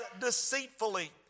deceitfully